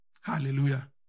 hallelujah